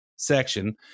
section